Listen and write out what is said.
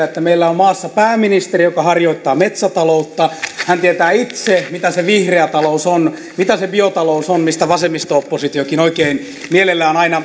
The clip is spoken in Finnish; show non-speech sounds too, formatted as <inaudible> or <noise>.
<unintelligible> että meillä on maassa pääministeri joka harjoittaa metsätaloutta hän tietää itse mitä se vihreä talous on mitä se biotalous on mistä vasemmisto oppositiokin oikein mielellään